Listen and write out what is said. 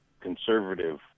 conservative